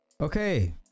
Okay